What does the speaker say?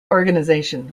organisation